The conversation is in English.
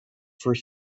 for